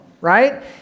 right